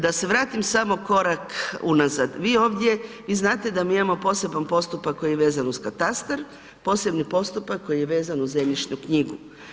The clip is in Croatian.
Da se vratim samo korak unazad, vi ovdje, vi znate da mi imamo poseban postupak koji je vezan uz katastar, posebni postupak koji je vezan uz zemljišnu knjigu.